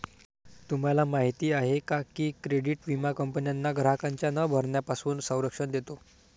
तुम्हाला माहिती आहे का की क्रेडिट विमा कंपन्यांना ग्राहकांच्या न भरण्यापासून संरक्षण देतो